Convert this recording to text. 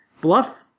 bluff